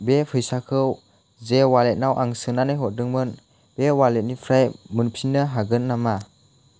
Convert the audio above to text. बे फैसाखौ जे वालेट आव आं सोनानै हरदोंमोन बे वालेट निफ्राय मोनफिननो हागोन नामा